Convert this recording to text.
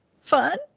fun